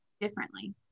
differently